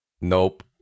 Nope